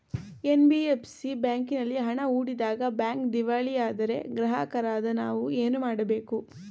NBFC ಬ್ಯಾಂಕಿನಲ್ಲಿ ಹಣ ಹೂಡಿದಾಗ ಬ್ಯಾಂಕ್ ದಿವಾಳಿಯಾದರೆ ಗ್ರಾಹಕರಾದ ನಾವು ಏನು ಮಾಡಬೇಕು?